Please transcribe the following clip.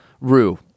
Rue